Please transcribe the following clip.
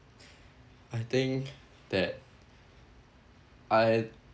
I think that I